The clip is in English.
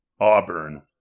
Auburn